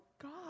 God